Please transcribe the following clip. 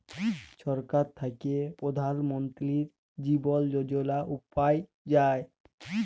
ছরকার থ্যাইকে পধাল মলতিরি জীবল যজলা পাউয়া যায়